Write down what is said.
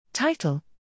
Title